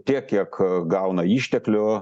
tiek kiek gauna išteklių